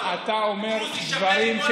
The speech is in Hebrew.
אתה, דרוזי לא יהיה מופלה במדינה הזאת.